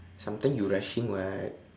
sometime you rushing [what]